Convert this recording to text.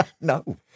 No